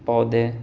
پودے